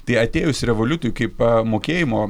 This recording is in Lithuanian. tai atėjus revoliutui kaip mokėjimo